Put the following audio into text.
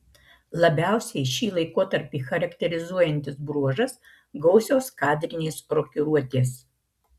labiausiai šį laikotarpį charakterizuojantis bruožas gausios kadrinės rokiruotės